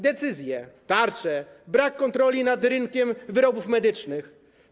decyzje, tarcze, brak kontroli nad rynkiem wyrobów medycznych.